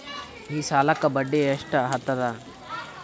ಈ ಸಾಲಕ್ಕ ಬಡ್ಡಿ ಎಷ್ಟ ಹತ್ತದ?